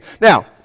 Now